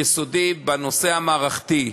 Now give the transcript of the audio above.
יסודי, בנושא המערכתי,